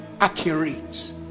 accurate